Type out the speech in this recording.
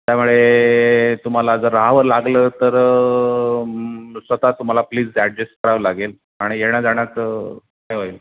त्यामुळे तुम्हाला जर राहावं लागलं तर स्वतः तुम्हाला प्लीज ॲडजस्ट करावं लागेल आणि येण्याजाण्याचं काय होईल